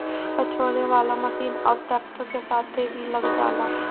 पछोरे वाला मशीन अब ट्रैक्टर के साथे भी लग जाला